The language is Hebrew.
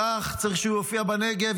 כך צריך שהוא יופיע בנגב,